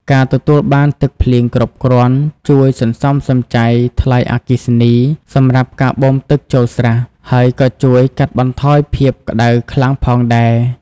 ការទទួលបានទឹកភ្លៀងគ្រប់គ្រាន់ជួយសន្សំសំចៃថ្លៃអគ្គិសនីសម្រាប់ការបូមទឹកចូលស្រះ ហើយក៏ជួយកាត់បន្ថយភាពក្ដៅខ្លាំងផងដែរ។